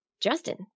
Justin